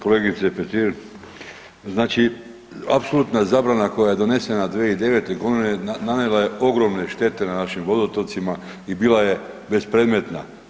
Kolegice Petir, znači apsolutna zabrana koja je donesena 2009.g. nanijela je ogromne štete na našim vodotocima i bila je bespredmetna.